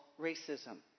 racism